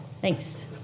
Thanks